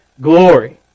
glory